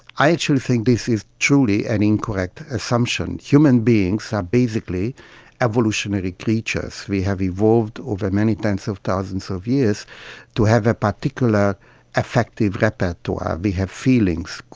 i actually think this is truly an incorrect assumption. human beings are basically evolutionary creatures. we have evolved over many tens of thousands of years to have a particular affective repertoire. we have feelings,